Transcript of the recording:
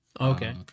okay